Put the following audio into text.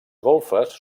golfes